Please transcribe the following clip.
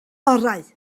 orau